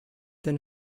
than